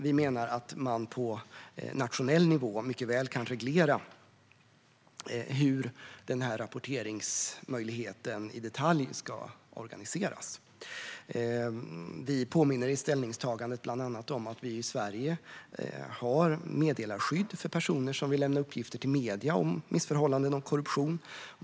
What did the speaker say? Vi menar att man på nationell nivå mycket väl kan reglera hur rapporteringsmöjligheten i detalj ska organiseras. Vi påminner i ställningstagandet bland annat om att vi i Sverige har meddelarskydd för personer som vill lämna uppgifter till medierna om missförhållanden och korruption.